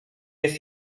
jest